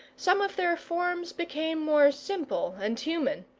some of their forms became more simple and human,